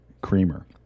creamer